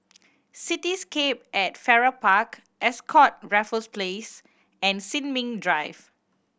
Cityscape at Farrer Park Ascott Raffles Place and Sin Ming Drive